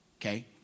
Okay